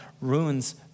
ruins